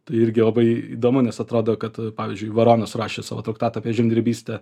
tai irgi labai įdomu nes atrodo kad pavyzdžiui baronas rašė savo traktatą apie žemdirbystę